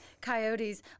coyotes